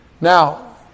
Now